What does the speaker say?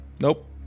Nope